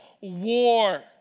war